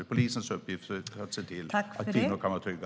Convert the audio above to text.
Det är polisens uppgift att se till att kvinnor kan vara trygga.